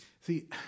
See